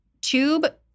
tube